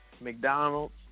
McDonald's